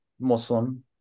Muslim